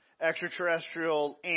extraterrestrial